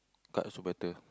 card also better